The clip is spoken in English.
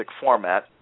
format